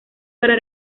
para